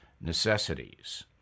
necessities